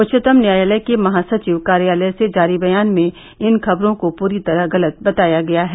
उच्चतम न्यायालय के महासचिव कार्यालय से जारी बयान में इन खबरों को पूरी तरह गलत बताया गया है